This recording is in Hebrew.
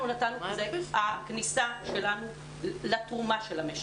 אנחנו נתנו כי זאת הכניסה שלנו לתרומה של המשק.